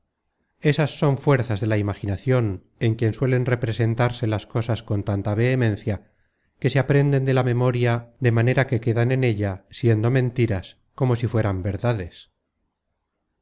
esas son fuerzas de la imaginacion en quien suelen representarse las cosas con tanta vehemencia que se aprenden de la memoria de manera que quedan en ella siendo mentiras como si fueran verdades